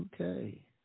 Okay